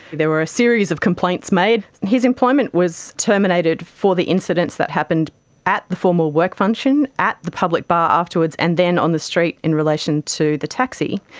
there were a series of complaints made. his employment was terminated for the incidents that happened at the formal work function, at the public bar afterwards, and then on the street in relation to the taxi.